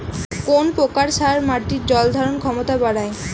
কোন প্রকার সার মাটির জল ধারণ ক্ষমতা বাড়ায়?